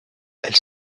elle